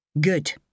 Good